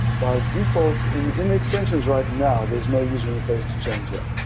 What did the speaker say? by default, in in the extensions right now, there's no user interface to change that.